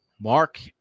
mark